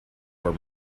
were